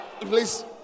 Please